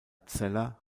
zeller